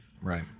Right